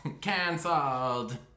Cancelled